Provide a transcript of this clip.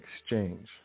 exchange